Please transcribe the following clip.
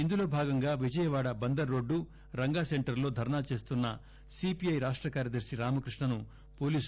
ఇందులో భాగంగా విజయవాడ బందర్రోడ్డు రంగా సెంటర్లో ధర్నా చేస్తున్న సీపీఐ రాష్ట కార్యదర్శి రామకృష్ణను పోలీసులు అరెస్టు చేశారు